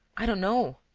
i don't know.